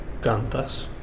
cantas